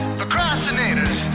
procrastinators